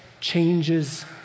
changes